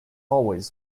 always